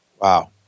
wow